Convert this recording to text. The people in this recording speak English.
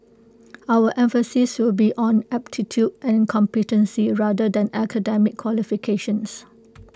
our emphasis will be on aptitude and competency rather than academic qualifications